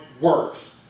works